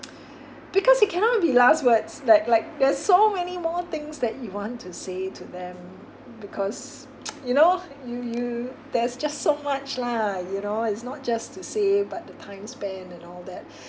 because it cannot be last words like like there's so many more things that you want to say to them because you know you you there's just so much lah you know it's not just to say but the time spent and all that